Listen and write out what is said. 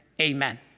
Amen